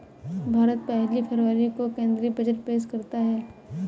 भारत पहली फरवरी को केंद्रीय बजट पेश करता है